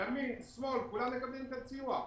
ימין-שמאל - כולם מקבלים את הסיוע.